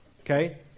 okay